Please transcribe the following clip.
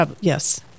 Yes